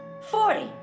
Forty